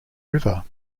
river